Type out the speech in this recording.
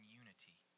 unity